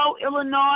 Illinois